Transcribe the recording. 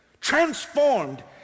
transformed